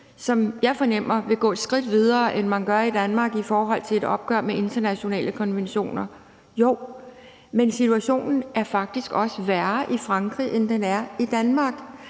som jeg fornemmer vil gå et skridt videre, end man gør i Danmark i forhold til et opgør med internationale konventioner. Jo, men situationen er faktisk også værre i Frankrig, end den er i Danmark,